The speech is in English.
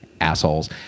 assholes